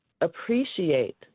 appreciate